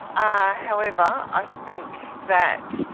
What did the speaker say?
ah however, i think that